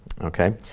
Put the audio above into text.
Okay